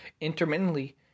intermittently